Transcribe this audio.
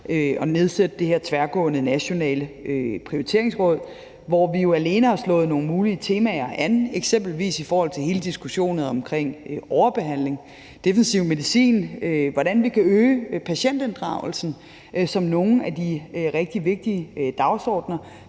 at nedsætte det her tværgående nationale prioriteringsråd, hvor vi jo alene har slået nogle mulige temaer an, eksempelvis i forhold til hele diskussionen omkring overbehandling og defensiv medicin og om, hvordan vi kan øge patientinddragelsen. Det er nogle af de rigtig vigtige dagsordener,